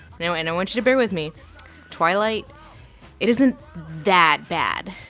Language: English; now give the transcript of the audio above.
you know and i want you to bear with me twilight it isn't that bad.